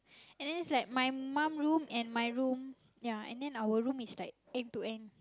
and then it's like my mom room and my room ya and then our room is like end to end